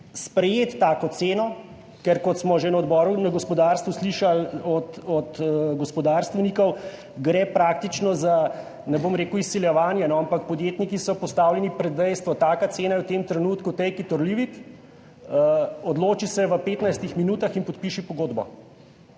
sprejeti tako ceno, ker kot smo že na Odboru za gospodarstvo slišali od gospodarstvenikov, gre praktično za, ne bom rekel, izsiljevanje, ampak podjetniki so postavljeni pred dejstvo, taka cena je v tem trenutku, take-it-or-live-it, odloči se v 15 minutah in podpiši pogodbo,